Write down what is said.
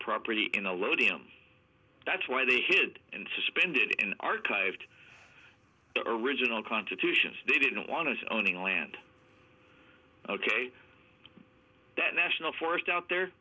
property in the load him that's why they hid and suspended in archived original constitution they didn't want to owning land ok that national forest out there